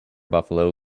buffalo